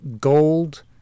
gold